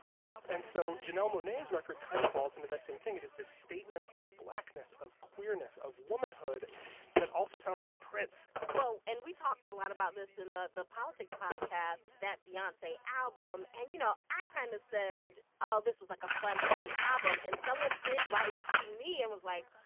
and so janelle monae's record kind of falls into that same thing. it is this statement of blackness of queerness, of womanhood that also sounds like prince well, and we talked a lot about this in the the politics podcast, that beyonce album. and, you know, i kind of said, oh, this was, like, a fun, happy album. and someone did write to me and was like,